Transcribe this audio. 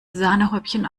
sahnehäubchen